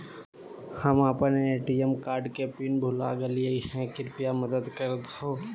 हम अप्पन ATM card के पिन भुला गेलिओ हे कृपया मदद कर हो